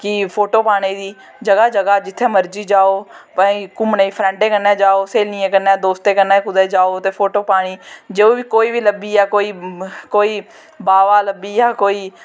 कि फोटो पाने दी जगह जगह जित्थें मर्जी जाओ भाएं घूमने फ्रैंडैं कन्नै जाओ स्हेलियां कन्नै दोस्तैं कन्नै कुदै जाओ ते फोटो पाने जो कोई बी लब्भिया कोई बाबा लब्भिया कोई